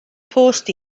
post